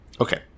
Okay